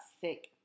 sick